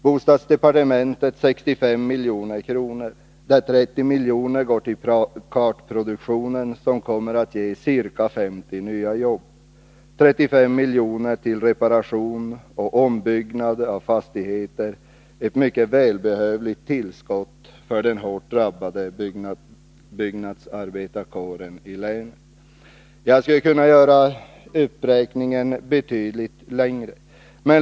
Bostadsdepartementet får 65 milj.kr., där 30 milj.kr. går till kartproduktion som kommer att ge 50 nya jobb och 35 milj.kr. till reparation och ombyggnad av fastigheter, ett mycket välbehövligt tillskott för den hårt drabbade byggnadsarbetarkåren i länet. Jag skulle kunna göra uppräkningen betydligt längre.